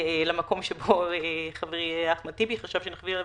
למקום שבו חברי אחמד טיבי חשב שנרחיב,